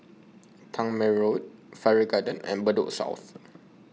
Tangmere Road Farrer Garden and Bedok South